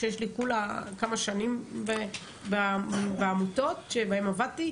שיש לי כולה כמה שנים בעמותות שבהן עבדתי,